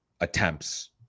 attempts